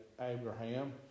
Abraham